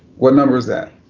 what number is that?